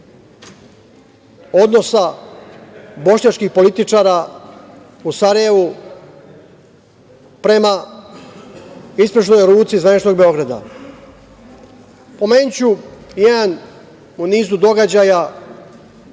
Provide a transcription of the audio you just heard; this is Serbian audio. odnosa bošnjačkih političara u Sarajevu prema ispruženoj ruci zvaničnog Beograda. Pomenuću jedan u nizu događaja